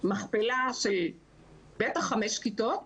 מכפלה של בטח חמש כיתות,